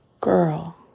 girl